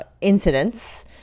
incidents